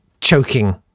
choking